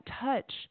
touch